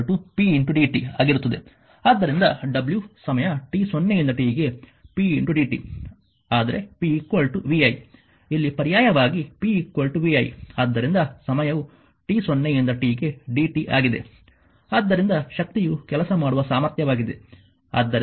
ಆದ್ದರಿಂದ w ಸಮಯ t 0 ಯಿಂದ tಗೆ pdt ಆದರೆ p vi ಇಲ್ಲಿ ಪರ್ಯಾಯವಾಗಿ p vi ಆದ್ದರಿಂದ ಸಮಯವು t 0 ಯಿಂದ tಗೆ dt ಆಗಿದೆ ಆದ್ದರಿಂದ ಶಕ್ತಿಯು ಕೆಲಸ ಮಾಡುವ ಸಾಮರ್ಥ್ಯವಾಗಿದೆ